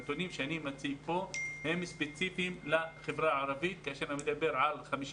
הנתונים שאני מציג כאן הם ספציפיים לחברה הערבית כאשר אני מדבר על 50